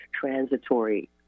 transitory